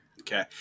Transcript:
Okay